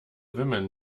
women